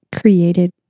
created